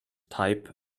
type